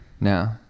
No